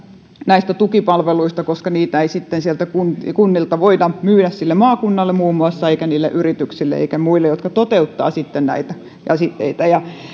näistä tukipalveluista koska niitä ei sitten sieltä kunnilta voida myydä sille maakunnalle muun muassa eikä niille yrityksille eikä muille jotka toteuttavat sitten näitä käsitteitä